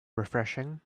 refreshing